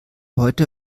heute